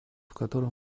котором